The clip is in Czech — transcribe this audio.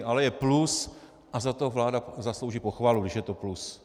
Ale je plus a za to vláda zaslouží pochvalu, když je to plus.